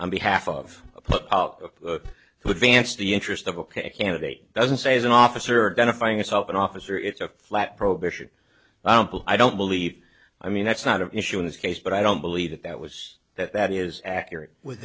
on behalf of who advance the interest of ok a candidate doesn't say as an officer going to find yourself an officer it's a flat prohibition i don't believe i mean that's not an issue in this case but i don't believe that that was that that is accurate with